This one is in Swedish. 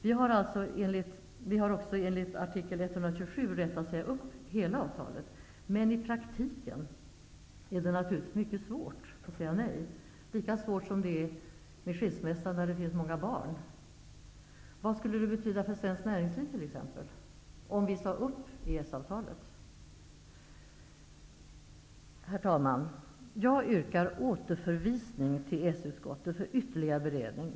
Vi har också enligt artikel 127 rätt att säga upp hela avtalet, men i praktiken är det naturligtvis mycket svårt att säga nej, lika svårt som det är med skilsmässa när det finns många barn. Vad skulle det betyda för svensk näringsliv t.ex., om vi sade upp EES-avtalet? Herr talman! Jag yrkar återförvisning till EES utskottet för ytterligare beredning.